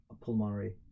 pulmonary